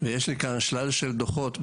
ויש לי כאן שלל של דוחות.